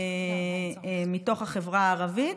מתוך החברה הערבית,